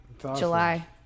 July